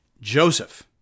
Joseph